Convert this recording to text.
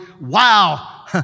wow